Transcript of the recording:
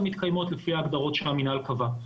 מתקיימות לפי ההגדרות שהמינהל קבע.